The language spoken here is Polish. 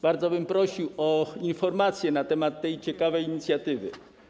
Bardzo bym prosił o informację na temat tej ciekawej inicjatywy.